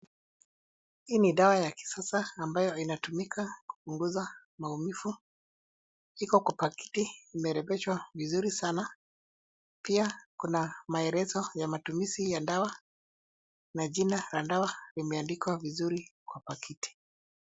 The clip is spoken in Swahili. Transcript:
Hii ni dawa ya kisasa ambayo inatumika kupunguza maumivu. Iko kwa pakiti imerembeshwa vizuri sana. Pia kuna maelezo ya matumizi ya dawa na jina la dawa limeandikwa vizuri kwa pakiti.